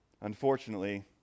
Unfortunately